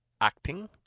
acting